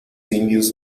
indios